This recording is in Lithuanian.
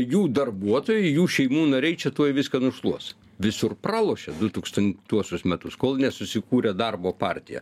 jų darbuotojai jų šeimų nariai čia tuoj viską nušluos visur pralošė dutūkstantuosius metus kol nesusikūrė darbo partija